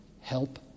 Help